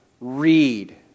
read